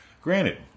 Granted